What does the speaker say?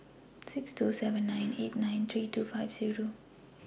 six two seven nine eight nine three two five Zero